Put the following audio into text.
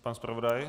Pan zpravodaj?